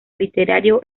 literario